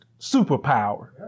superpower